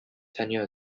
tenure